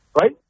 right